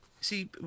See